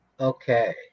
Okay